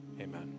Amen